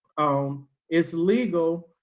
um it's legal.